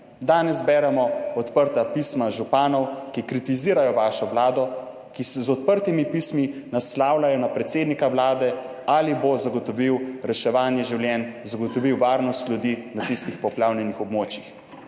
Danes beremo odprta pisma županov, ki kritizirajo vašo Vlado, ki se z odprtimi pismi naslavljajo na predsednika Vlade, ali bo zagotovil reševanje življenj, zagotovil varnost ljudi na tistih poplavljenih območjih.